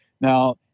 Now